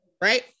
right